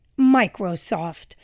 Microsoft